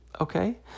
Okay